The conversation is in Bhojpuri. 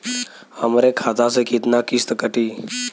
हमरे खाता से कितना किस्त कटी?